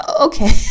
okay